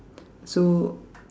so